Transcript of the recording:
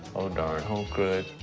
oh, darn. oh, good.